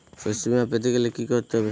শষ্যবীমা পেতে গেলে কি করতে হবে?